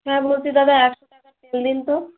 হ্যাঁ বলছি দাদা একশো টাকার তেল দিন তো